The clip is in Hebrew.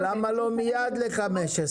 אבל למה לא מייד ל-15?